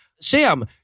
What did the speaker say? Sam